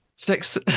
Six